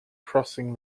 crossing